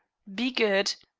be good!